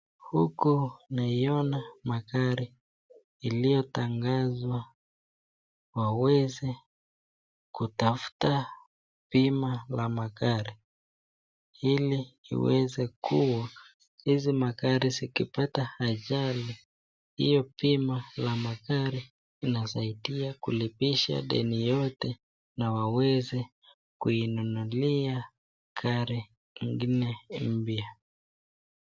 Huku naiona magari iliyotangazwa waweze kutafuta bima la magari ili iweze kuwa hizi magari zikipata ajali, hiyo bima ya magari inasaidia kulipisha deni yote na waweze kuinunulia gari ingine pia.